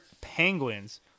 Penguins